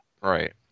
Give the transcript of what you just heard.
right